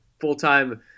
full-time